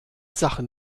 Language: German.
sachen